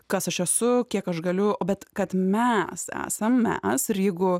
kas aš esu kiek aš galiu bet kad mes esam mes ir jeigu